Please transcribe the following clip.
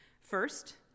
First